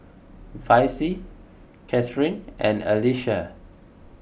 Vicy Kathryn and Alyssia